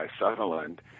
Sutherland